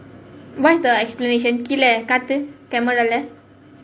what's the explanation